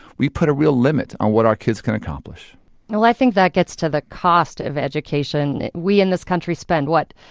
we put a real limit on what our kids can accomplish well, i think that gets to the cost of education. we in this country spend what,